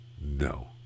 No